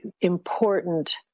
important